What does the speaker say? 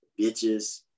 bitches